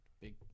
Big